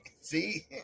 see